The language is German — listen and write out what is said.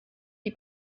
die